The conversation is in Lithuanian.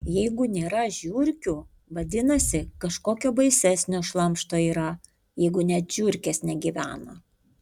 jeigu nėra žiurkių vadinasi kažkokio baisesnio šlamšto yra jeigu net žiurkės negyvena